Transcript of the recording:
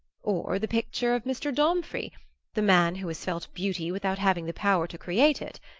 or the picture of mr. domfrey the man who has felt beauty without having the power to create it.